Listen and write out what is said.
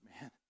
man